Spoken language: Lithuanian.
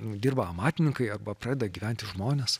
dirba amatininkai arba pradeda gyventi žmonės